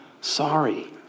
sorry